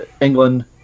England